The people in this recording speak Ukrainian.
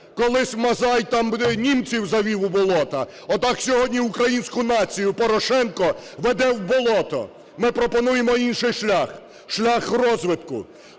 Колись Мазай там німців завів у болото. Отак сьогодні українську націю Порошенко веде в болото. Ми пропонуємо інший шлях – шлях розвитку.